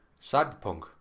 cyberpunk